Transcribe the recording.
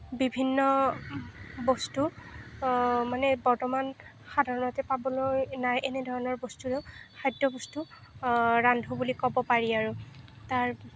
বিভিন্ন বস্তু মানে বৰ্তমান সাধাৰণতে পাবলৈ নাই এনে ধৰণৰ বস্তু খাদ্য বস্তু ৰান্ধো বুলি ক'ব পাৰি আৰু তাৰ